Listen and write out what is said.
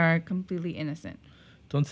are completely innocent don't